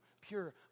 pure